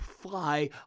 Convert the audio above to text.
fly